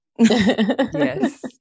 yes